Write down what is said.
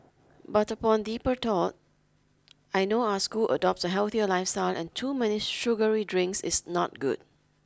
but upon deeper thought I know our school adopts a healthier lifestyle and too many sugary drinks is not good